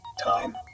time